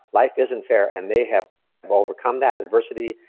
life isn't fair and they have have overcome that adversity,